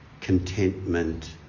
contentment